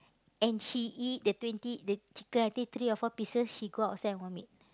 and she eat the twenty the chicken I think three or four pieces she go outside and vomit